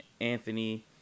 Anthony